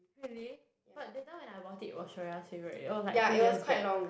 really but that time when I bought it it was soraya's favourite it was like two years back